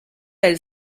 elle